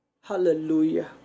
Hallelujah